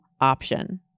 option